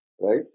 right